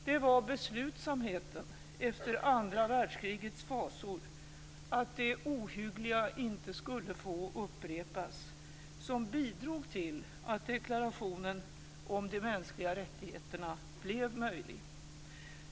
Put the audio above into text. Det var beslutsamheten efter andra världskrigets fasor - att det ohyggliga inte skulle få upprepas - som bidrog till att deklarationen om de mänskliga rättigheterna blev möjlig.